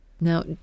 Now